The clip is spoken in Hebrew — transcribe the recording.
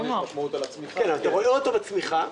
אתה רואה אותו בצמיחה,